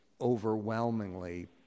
overwhelmingly